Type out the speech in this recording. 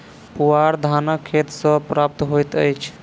पुआर धानक खेत सॅ प्राप्त होइत अछि